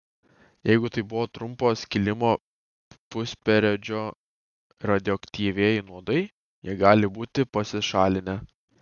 jeigu tai buvo trumpo skilimo pusperiodžio radioaktyvieji nuodai jie gali būti pasišalinę